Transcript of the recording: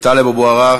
טלב אבו עראר.